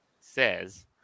says